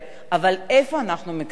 איפה אנחנו מקצצים?